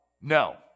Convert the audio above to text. no